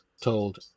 told